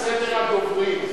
סדר הדוברים,